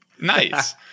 Nice